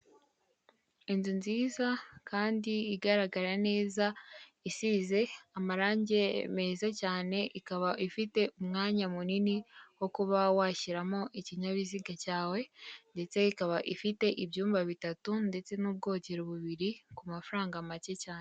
Inzu nziza kandi igaragara neza isize amarange meza cyane, ikaba ifite umwanya munini wo kuba washyiramo ikinyabiziga cyawe ndetse ikaba ifite ibyumba bitatu ndetse n'ubwogero bubiri ku mafaranga make cyane.